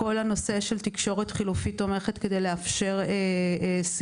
כל הנושא של תקשורת חילופית תומכת כדי לאפשר שיחה,